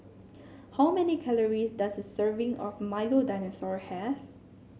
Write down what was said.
how many calories does a serving of Milo Dinosaur have